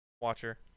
watcher